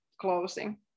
closing